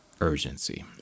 urgency